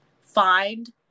find